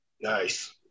Nice